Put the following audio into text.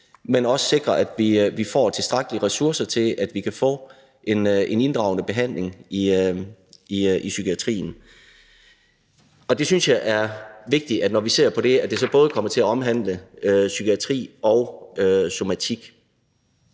men også sikre, at vi får tilstrækkelige ressourcer til, at vi kan få en inddragende behandling i psykiatrien. Og jeg synes, det er vigtigt, at det, når vi ser på det her, så både kommer til at omhandle psykiatri og somatik.